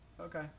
Okay